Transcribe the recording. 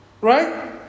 Right